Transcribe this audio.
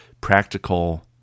practical